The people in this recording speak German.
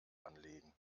anlegen